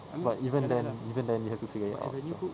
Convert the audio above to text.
but even then even then you have to create ourselves